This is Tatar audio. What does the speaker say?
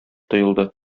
тоелды